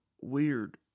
weird